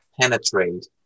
penetrate